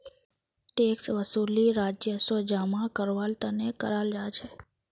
tax वसूली राजस्व जमा करवार तने कराल जा छे